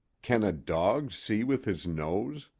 can a dog see with his nose?